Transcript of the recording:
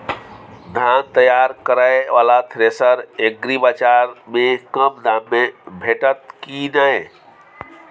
धान तैयार करय वाला थ्रेसर एग्रीबाजार में कम दाम में भेटत की नय?